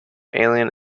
alien